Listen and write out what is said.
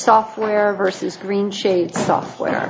software versus green shade software